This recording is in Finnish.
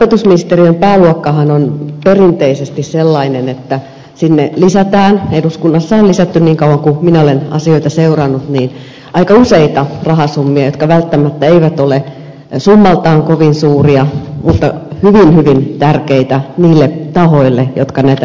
opetusministeriön pääluokkahan on perinteisesti sellainen että sinne eduskunnassa on lisätty niin kauan kuin minä olen asioita seurannut aika useita rahasummia jotka välttämättä eivät ole määrältään kovin suuria mutta ovat hyvin hyvin tärkeitä niille tahoille jotka näitä lisämäärärahoja saavat